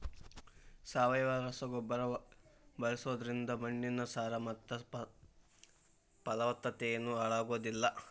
ಸಾವಯವ ರಸಗೊಬ್ಬರ ಬಳ್ಸೋದ್ರಿಂದ ಮಣ್ಣಿನ ಸಾರ ಮತ್ತ ಪಲವತ್ತತೆನು ಹಾಳಾಗೋದಿಲ್ಲ